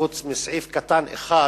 חוץ מסעיף קטן אחד,